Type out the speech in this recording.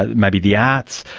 ah maybe the arts,